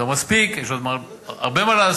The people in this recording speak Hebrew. זה לא מספיק, יש עוד הרבה מה לעשות.